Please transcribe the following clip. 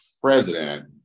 president